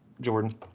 Jordan